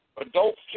adults